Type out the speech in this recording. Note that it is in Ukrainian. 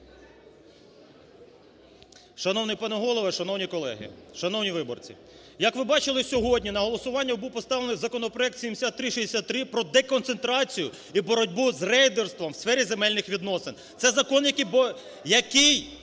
Шановний пане Голово, шановні колеги, шановні виборці! Як ви бачили, сьогодні на голосування був поставлений законопроект 7363 про деконцентрацію і боротьбу з рейдерством в сфері земельних відносин. Це закон, який